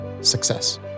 success